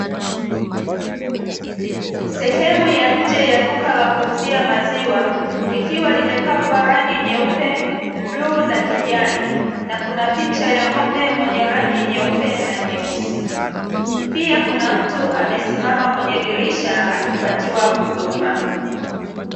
Sehemu ya nje ya duka la kuuzia maziwa likiwa limepakwa rangi nyeupe, bluu na kijani, na kuna picha ya ng'ombe mwenye rangi nyeupe na nyeusi. Pia kuna mtu amesimama kwenye dirisha akipatiwa huduma.